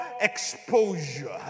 exposure